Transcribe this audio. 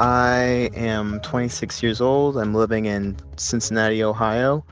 i am twenty six years old and living in cincinnati, ohio.